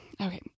okay